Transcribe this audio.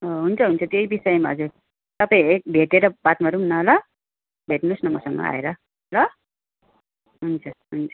हुन्छ हुन्छ त्यही विषयमा हजुर तपाईँ हेड भेटेर बात मारौँ न ल भेट्नुहोस् न मसँग आएर ल हुन्छ हुन्छ